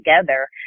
together